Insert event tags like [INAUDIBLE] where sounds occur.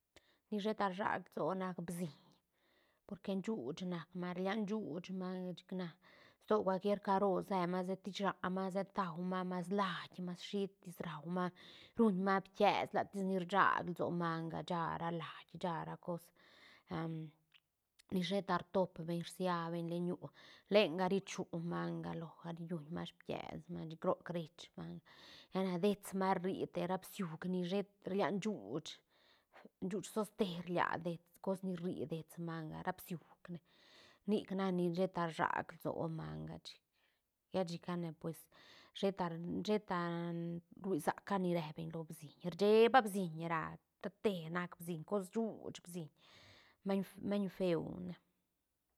Ni sheta rsag lsoa nac bsiñ porque shuuch nac manga rlia shucch manga chic na sto cual quier caro se manga seti shaa manga se tau manga mas lait mas shitis rau manga ruñ manga pties ratis ni rgaag so manga shaa ra lait shara cos [HESITATION] ni sheta rtop beñ rsia beñ le ñu lenga richu manga loga ri lluñ manga pties manga chic roc riehc manga lla na dets manga rri te ra bisiuk ni shet rlia shuuch shuuch toste rlia dets cosni rri dets manga ra bisiuk ne nic nac ni sheta rsag lsoa manga chic lla chica pues sheta sheta rui sac ca ni rebeñ lo bsiñ rsheba bsiñ rat- te nac bsiñ cos shuuch bsiñ maiñ-maiñ feu ne.